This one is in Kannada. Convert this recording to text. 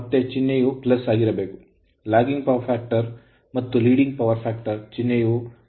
ಮತ್ತೆ ಚಿಹ್ನೆಯು ಆಗಿರಬೇಕು lagging power factor ಮತ್ತು leading power factorಪ್ರಮುಖ ಪವರ್ ಫ್ಯಾಕ್ಟರ್ ಚಿಹ್ನೆಯು ಇರಬೇಕು